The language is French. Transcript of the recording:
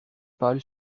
pâle